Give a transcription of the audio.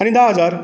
आनी धा हजार